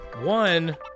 one